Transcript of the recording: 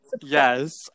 yes